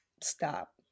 stop